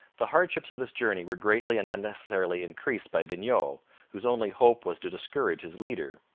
the hardships of this journey were greatly and unnecessarily increased by vignau, whose only hope was to discourage his leader.